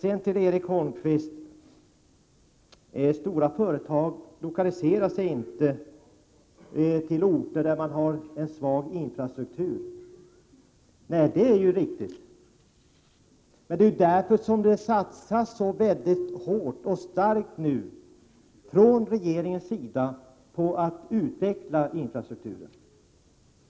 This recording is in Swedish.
Erik Holmkvist säger att stora företag inte lokaliserar sig till orter där man har en svag infrastruktur. Det är riktigt. Men det är därför det nu satsas så hårt från regeringens sida på att utveckla infrastrukturen.